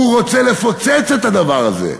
הוא רוצה לפוצץ את הדבר הזה,